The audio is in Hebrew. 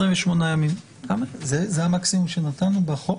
זה המקסימום שנתנו בחוק?